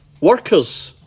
Workers